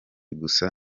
gusa